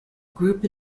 group